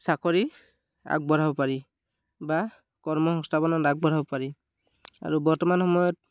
চাকৰি আগবঢ়াব পাৰি বা কৰ্মসংস্থাপনত আগবঢ়াব পাৰি আৰু বৰ্তমান সময়ত